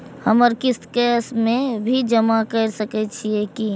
हमर किस्त कैश में भी जमा कैर सकै छीयै की?